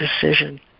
decision